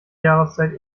jahreszeit